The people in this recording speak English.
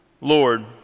Lord